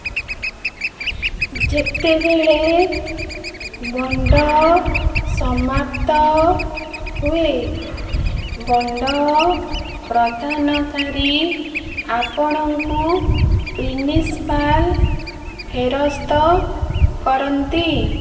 ଯେତେବେଳେ ବଣ୍ଡ ସମାପ୍ତ ହୁଏ ବଣ୍ଡ ପ୍ରଦାନକାରୀ ଆପଣଙ୍କୁ ପ୍ରିନ୍ସିପାଲ୍ ଫେରସ୍ତ କରନ୍ତି